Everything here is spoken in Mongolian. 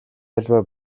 аливаа